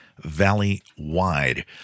valley-wide